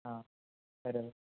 ఆ సరే